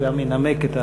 הוא גם ינמק את ההצעה.